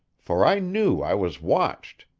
for i knew i was watched.